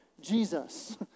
Jesus